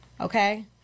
okay